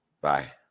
Bye